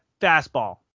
fastball